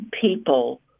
people